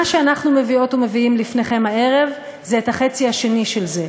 מה שאנחנו מביאות ומביאים לפניכם הערב זה את החצי של זה,